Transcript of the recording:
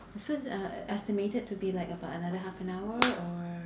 so uh estimated to be like about another half an hour or